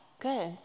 good